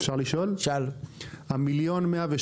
ה-1.118 מיליון,